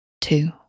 two